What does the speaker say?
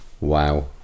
Wow